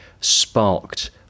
sparked